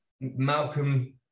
Malcolm